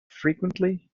frequently